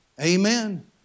Amen